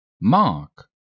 Mark